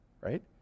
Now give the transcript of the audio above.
right